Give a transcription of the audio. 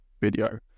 video